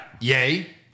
Yay